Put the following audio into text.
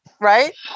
right